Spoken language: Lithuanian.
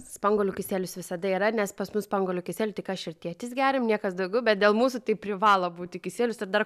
spanguolių kisielius visada yra nes pas mus spanguolių kisielių tik aš ir tėtis geriam niekas daugiau bet dėl mūsų tai privalo būti kisielius ir dar